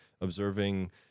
observing